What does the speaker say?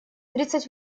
тридцать